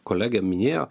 kolegė minėjo